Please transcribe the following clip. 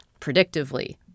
Predictively